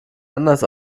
anders